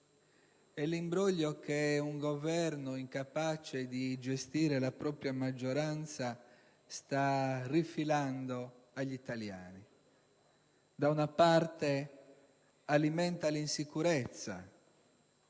imbroglio, che un Governo incapace di gestire la propria maggioranza sta rifilando agli italiani: da una parte, alimenta l'insicurezza